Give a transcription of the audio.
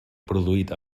produït